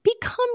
become